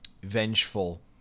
vengeful